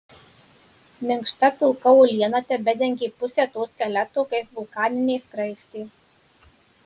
minkšta pilka uoliena tebedengė pusę to skeleto kaip vulkaninė skraistė